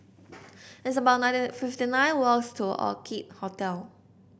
it's about ninety fifty nine walks to Orchid Hotel